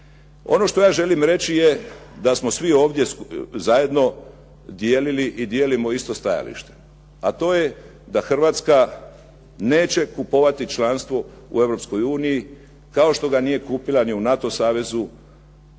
Ono što ja želim reći je da smo svi ovdje zajedno dijelili i dijelimo isto stajalište, a to je da Hrvatska neće kupovati članstvo u Europskoj uniji kao što ga nije kupila ni u NATO savezu